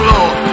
Lord